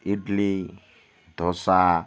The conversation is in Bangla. ইডলি ধোসা